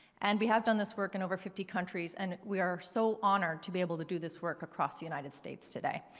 and we have done this work in over fifty countries. and we are so honored to be able to do this work across the united states today.